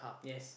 yes